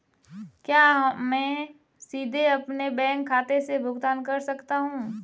क्या मैं सीधे अपने बैंक खाते से भुगतान कर सकता हूं?